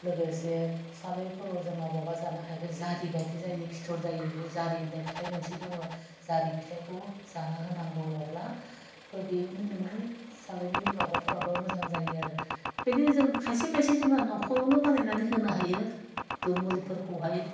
लोगोसे सालाइफोराव जोंहा माबा जानो हायि बे जारि बायदि जायो फिथर जायो बे जारि होन्नाय फिथाइ मोनसे दङ जारि फिथाइखौ जाना होनांगौ अब्ला बो बेनो नोंनि सालाइनि माबाफ्राबो मोजां जायो आरो बिदिनो जों खायसे खायसे जोंहा नख'रावनो बानायनानै होनो हायो द' मलिफोरखौहाय